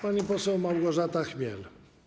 Pani poseł Małgorzata Chmiel.